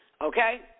okay